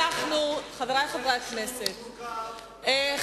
חבר הכנסת אריאל, דיון בוועדת החוץ והביטחון?